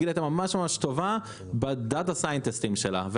ישראל הייתה ממש טובה ב-data sintesting שלה,